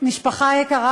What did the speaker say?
משפחה יקרה,